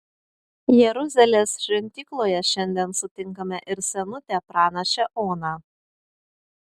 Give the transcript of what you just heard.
jeruzalės šventykloje šiandien sutinkame ir senutę pranašę oną